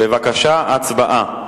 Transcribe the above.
בבקשה, הצבעה.